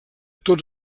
tots